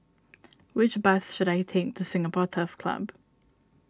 which bus should I take to Singapore Turf Club